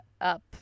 up